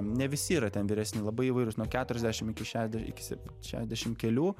ne visi yra ten vyresni labai įvairūs nuo keturiasdešim iki šešias iki sep šedešim kelių